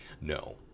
No